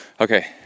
Okay